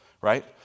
right